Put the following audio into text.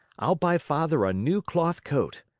i'll buy father a new cloth coat.